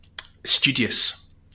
studious